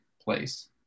place